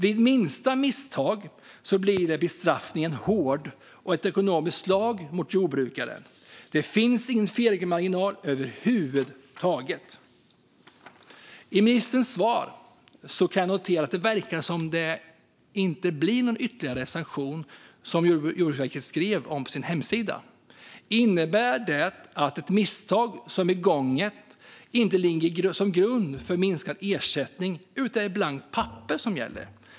Vid minsta misstag blir bestraffningen hård och ett ekonomiskt slag mot jordbrukaren. Det finns ingen felmarginal över huvud taget. På ministerns svar verkar det som att det inte blir någon ytterligare sanktion, som Jordbruksverket skrev om på sin hemsida. Innebär det att ett misstag som är begånget inte ligger till grund för minskad ersättning? Är det i stället blankt papper som gäller?